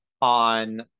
on